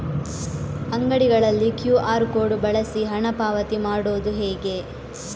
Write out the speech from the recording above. ಅಂಗಡಿಗಳಲ್ಲಿ QR code ಬಳಸಿ ಹಣ ಪಾವತಿ ಮಾಡೋದು ಹೇಗೆ?